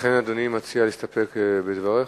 ולכן אדוני מציע להסתפק בדבריך,